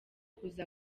kuza